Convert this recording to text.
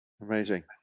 Amazing